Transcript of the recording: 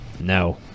No